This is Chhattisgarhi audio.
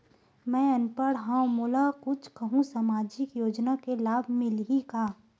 मैं अनपढ़ हाव मोला कुछ कहूं सामाजिक योजना के लाभ मिलही का?